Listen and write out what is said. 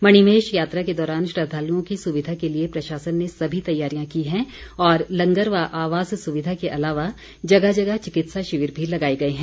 मणिमहेश यात्रा के दौरान श्रद्वालुओं की सुविधा के लिए प्रशासन ने सभी तैयारियां की हैं और लंगर व आवास सुविधा के अलावा जगह जगह चिकित्सा शिविर भी लगाए गए हैं